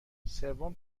سوم